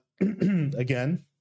again